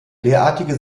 derartige